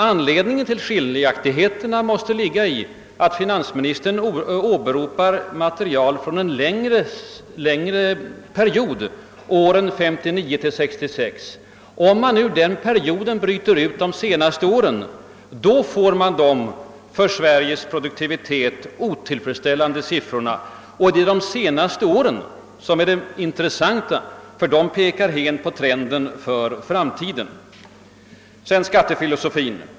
Anledningen till skiljaktigheterna måste vara att finansministern åberopar material för en längre period — åren 1959—1966. Om man ur den perioden bryter ut de senaste åren får man de för Sveriges produktivitet otillfredsställande siffrorna. Och det är de senaste åren som är intressanta, ty det anger trenden för framtiden. Sedan vill jag beröra skattefilosofin.